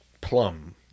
plum